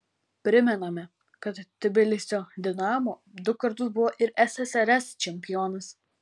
primename kad tbilisio dinamo du kartus buvo ir ssrs čempionas